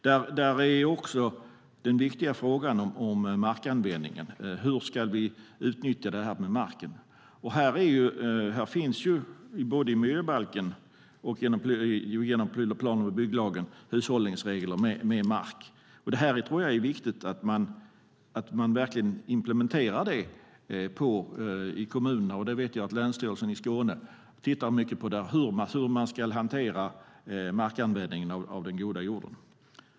Det handlar också om den viktiga frågan om markanvändningen. Hur ska vi utnyttja marken? Både i miljöbalken och i plan och bygglagen finns hushållningsregler för mark. Jag tror att det är viktigt att man verkligen implementerar detta i kommunerna. Jag vet att Länsstyrelsen i Skåne tittar mycket på hur man ska hantera markanvändningen av den goda jorden.